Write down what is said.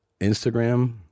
instagram